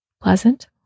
pleasant